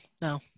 no